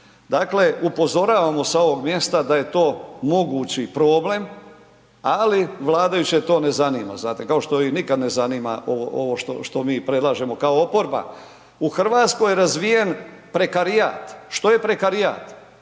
Dakle, upozoravamo sa ovog mjesta da je to mogući problem, ali vladajuće to ne zanima znate, kao što ih nikad ne zanima ovo, ovo što, što mi predlažemo kao oporba. U RH je razvijen prekarijat. Što je prekarijat?